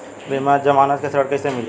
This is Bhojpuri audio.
बिना जमानत के ऋण कैसे मिली?